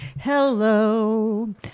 Hello